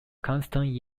constant